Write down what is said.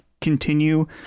continue